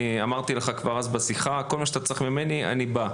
אמרתי לך כבר בעבר בשיחה: כל מה שאתה צריך ממני אני בא.